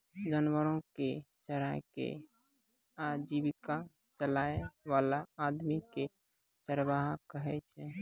जानवरो कॅ चराय कॅ आजीविका चलाय वाला आदमी कॅ चरवाहा कहै छै